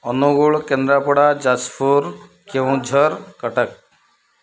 Angul Kendrapara Jajpur Keonjhar Cuttack